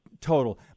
total